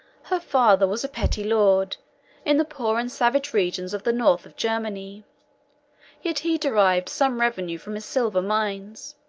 her father was a petty lord in the poor and savage regions of the north of germany yet he derived some revenue from his silver mines